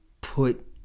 put